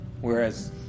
Whereas